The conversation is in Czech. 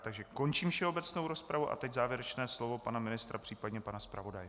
Takže končím všeobecnou rozpravu a teď závěrečné slovo pana ministra, případně pana zpravodaje.